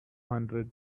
hundred